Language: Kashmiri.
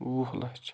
وُہ لَچھ